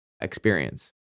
experience